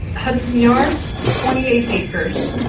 hudson yards, twenty eight acres,